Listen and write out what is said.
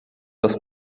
das